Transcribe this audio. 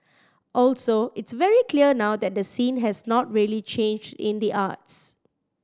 also it's very clear now that the scene has not really changed in the arts